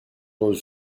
nos